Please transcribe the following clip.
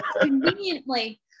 conveniently